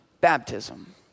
baptism